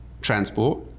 transport